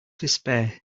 despair